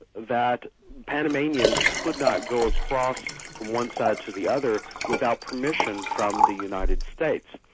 that panamanians could not go across from one side to the other without permission from the united states.